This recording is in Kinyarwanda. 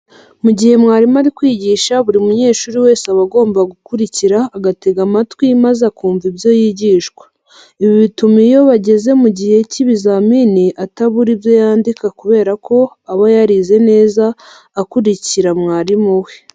Mu gihe mwarimu ari kwigisha buri munyeshuri wese aba agomba gukurikira, agatega amatwi maze akumva ibyo yigishwa. Ibi bituma iyo bageze mu gihe cy'ibizamini atabura ibyo yandika kubera ko aba yarize neza akurikiye mwarimu we.